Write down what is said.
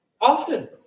Often